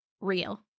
real